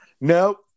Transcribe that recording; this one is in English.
Nope